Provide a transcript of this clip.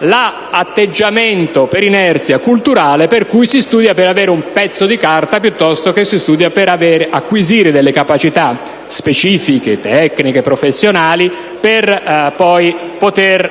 l'atteggiamento per inerzia culturale per cui si studia per avere un pezzo di carta piuttosto che per acquisire delle capacità specifiche, tecniche e professionali, per poi poter